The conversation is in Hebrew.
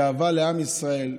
גאווה לעם ישראל,